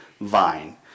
vine